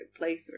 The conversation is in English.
playthrough